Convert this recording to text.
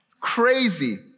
Crazy